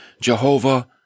Jehovah